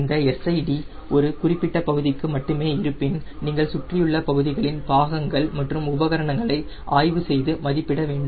இந்த SID ஒரு குறிப்பிட்ட பகுதிக்கு மட்டுமே இருப்பின் நீங்கள் சுற்றியுள்ள பகுதிகளின் பாகங்கள் மற்றும் உபகரணங்களை ஆய்வு செய்து மதிப்பிட வேண்டும்